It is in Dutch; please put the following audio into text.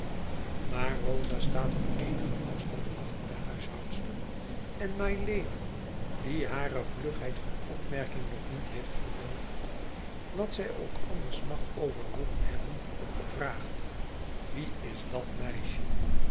maar rosa staat op eenigen afstand achter de huishoudster en mylady die hare vlugheid van opmerking nog niet heeft verdoofd wat zij ook anders mag overwonnen hebben vraagt wie is dat meisje